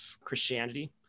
Christianity